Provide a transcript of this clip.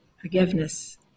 forgiveness